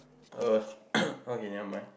uh okay nevermind